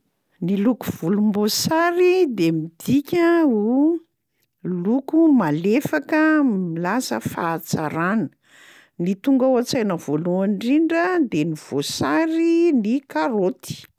Ny loko volomboasary de midika ho loko malefaka, milaza fahatsarana. Ny tonga ao an-tsaina voalohany indrindra de ny voasary, ny karaoty.